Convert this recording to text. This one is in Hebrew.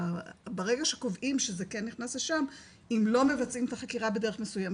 ברגע שקובעים שזה כן נכנס לשם אם לא מבצעים את החקירה בדרך מסוימת